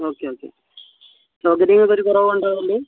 okay okay സൗകര്യങ്ങൾക്ക് ഒരു കുറവും ഉണ്ടാവല്ല്